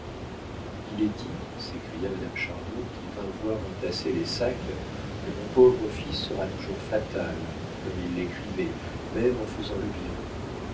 il est dit s'écria madame chardon qui vint voir entasser les sacs que mon pauvre fils sera toujours fatal comme il l'écrivait même en faisant le bien